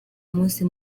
umunsi